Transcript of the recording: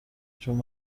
چون